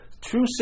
true